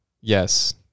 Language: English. Yes